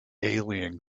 alien